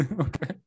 Okay